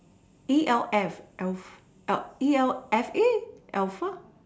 E L F elf E L F a elf